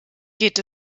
geht